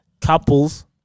couples